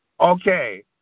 okay